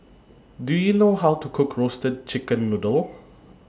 Do YOU know How to Cook Roasted Chicken Noodle